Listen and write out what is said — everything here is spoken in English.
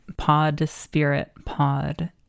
podspiritpod